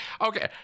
okay